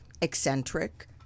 eccentric